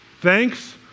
thanks